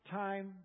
time